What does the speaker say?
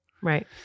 Right